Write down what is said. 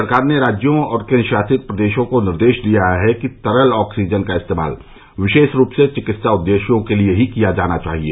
सरकार ने राज्यों और केन्द्र शासित प्रदेशों को निर्देश दिया है कि तरल ऑक्सीजन का इस्तेमाल विशेष रूप से चिकित्सा उद्देश्यों के लिए ही किया जाना चाहिए